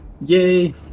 Yay